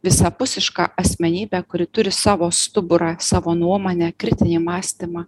visapusišką asmenybę kuri turi savo stuburą savo nuomonę kritinį mąstymą